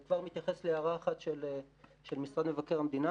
ואני כבר מתייחס להערה אחת של משרד מבקר המדינה.